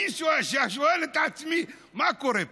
אני שואל את עצמי: מה קורה פה?